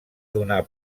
donar